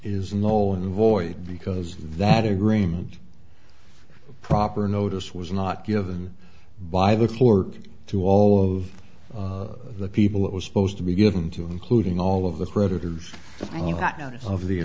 is no and void because that agreement proper notice was not given by the clerk to all of the people it was supposed to be given to including all of the creditors of the